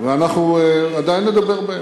ואנחנו עדיין נדבר בהם.